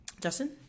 Justin